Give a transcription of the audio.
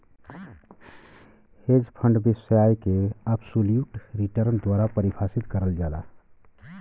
hedge fund व्यवसाय के absolute return द्वारा परिभाषित करल जाला